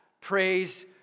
Praise